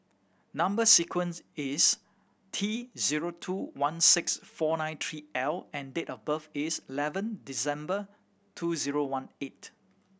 number sequence is T zero two one six four nine three L and date of birth is eleven December two zero one eight